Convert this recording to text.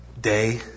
Day